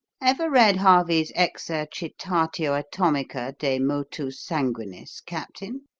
ever read harvey's exercitatio anatomica de motu sanguinis captain